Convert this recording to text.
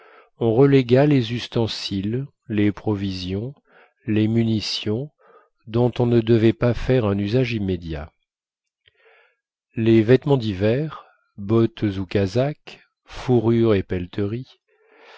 on relégua les ustensiles les provisions les munitions dont on ne devait pas faire un usage immédiat les vêtements d'hiver bottes ou casaques fourrures et pelleteries